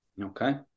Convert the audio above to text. okay